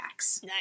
Nice